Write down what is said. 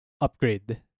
upgrade